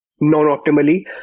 non-optimally